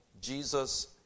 Jesus